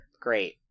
great